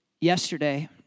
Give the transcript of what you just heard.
yesterday